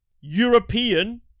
European